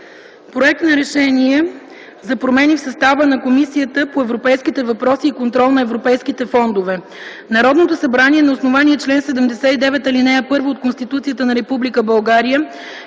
„Проект за РЕШЕНИЕ за промени в състава на Комисията по европейските въпроси и контрол на европейските фондове Народното събрание на основание чл. 79, ал. 1 от Конституцията на Република България